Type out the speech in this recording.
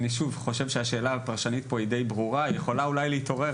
אני חושב שהשאלה הפרשנית פה היא די ברורה ושהיא יכולה להתעורר,